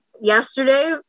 yesterday